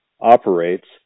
operates